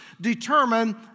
determine